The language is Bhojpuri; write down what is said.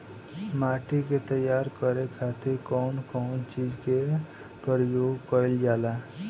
माटी के तैयार करे खातिर कउन कउन चीज के प्रयोग कइल जाला?